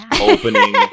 opening